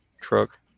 truck